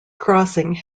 crossing